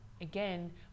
again